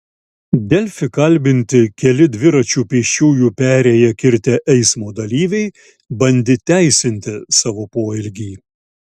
delfi kalbinti keli dviračiu pėsčiųjų perėją kirtę eismo dalyviai bandė teisinti savo poelgį